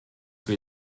wir